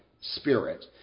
spirit